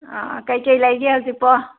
ꯑꯥ ꯀꯩ ꯀꯩ ꯂꯩꯒꯦ ꯍꯧꯖꯤꯛꯄꯨ